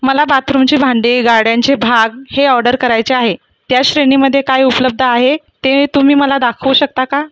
मला बाथरूनची भांडे गाड्यांचे भाग हे ऑर्डर करायचे आहे त्या श्रेणीमध्ये काय उपलब्ध आहे ते तुम्ही मला दाखवू शकता का